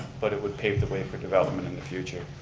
but it would pave the way for development in the future.